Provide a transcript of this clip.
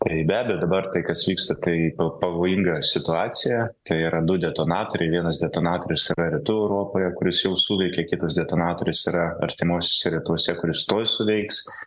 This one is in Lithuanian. tai be abejo dabar tai kas vyksta tai pa pavojinga situacija tai yra du detonatoriai vienas detonatorius yra rytų europoje kuris jau suveikė kitas detonatorius yra artimuosiuose rytuose kuris tuoj suveiks